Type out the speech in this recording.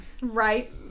Right